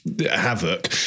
havoc